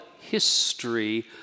history